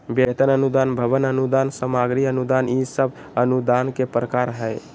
वेतन अनुदान, भवन अनुदान, सामग्री अनुदान ई सब अनुदान के प्रकार हय